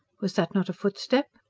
was that not a footstep.